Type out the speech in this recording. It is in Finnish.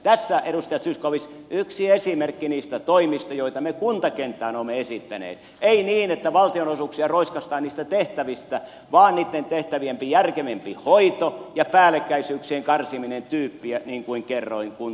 tässä edustaja zyskowicz yksi esimerkki niistä toimista joita me kuntakenttään olemme esittäneet ei niin että valtionosuuksia roiskaistaan niistä tehtävistä vaan niitten tehtävien järkevämpi hoito ja päällekkäisyyksien karsiminen tyyppiä niin kuin kerroin kuntien tietohallinto